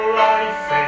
life